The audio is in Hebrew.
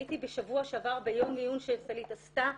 הייתי בשבוע שעבר ביום עיון שסלעית עשתה,